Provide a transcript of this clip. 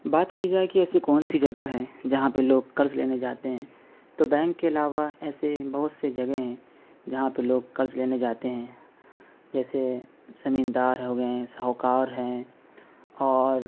بات کی جائے کہ ایسی کون سی جگہ ہے جہاں پہ لوگ کرض لینے جاتے ہیں تو بینک کے علاوہ ایسے بہت سے جگہ ہیں جہاں پہ لوگ کرض لینے جاتے ہیں جیسے زمیندار ہو گئے ساہوکار ہیں اور